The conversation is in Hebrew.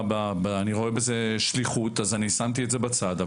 אני רואה בזה שליחות, אז שמתי את זה בצד.